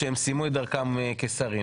שהם סיימו את דרכם כשרים,